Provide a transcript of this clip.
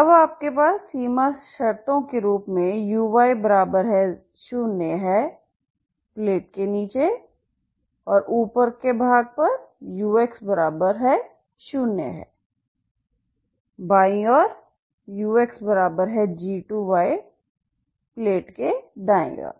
अब आपके पास सीमा शर्तों के रूप में uy 0 हैप्लेट के नीचे और ऊपर के भाग पर ux 0है बाईं ओर और uxg2 प्लेट के दाईं ओर